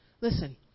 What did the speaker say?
listen